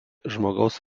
žmogaus